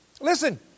Listen